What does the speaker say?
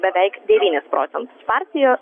beveik devynis procentus partija